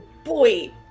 Boy